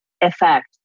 effect